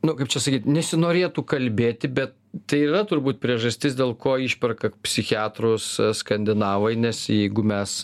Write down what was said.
nu kaip čia sakyt nesinorėtų kalbėti bet tai yra turbūt priežastis dėl ko išperka psichiatrus skandinavai nes jeigu mes